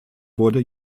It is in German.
wurde